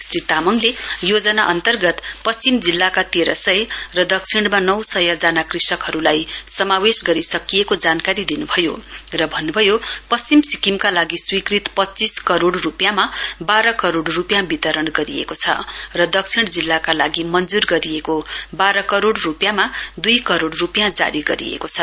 श्री तामाङले योजना अन्तर्गत पश्चिम जिल्लाका तेह्रसय र दक्षिणमा नौसय जना कृषकहरूलाई समावेश गरिएको जानकारी दिनुभयो र भन्नुभयो पश्चिम सिक्किमका लागि स्वीकृत पच्चीस करोड़ रुपियाँमा बाह्र करोड वितरण गरिएको छ र दक्षिण जिल्लाका लागि मञ्जुर गरिएको बाह्र करोड रुपियाँ दुई करोड जारी गरिएको छ